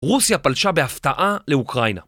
רוסיה פלשה בהפתעה לאוקראינה